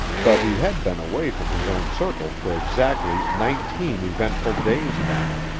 but he had been away from his own circle for exactly nineteen eventful days now,